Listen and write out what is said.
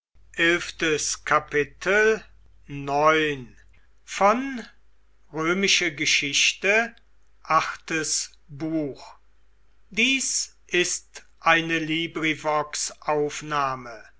sind ist eine